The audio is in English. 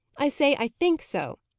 i say i think so.